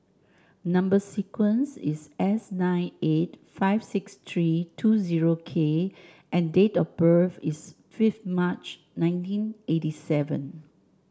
number sequence is S nine eight five six three two zero K and date of birth is fifth March nineteen eighty seven